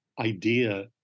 idea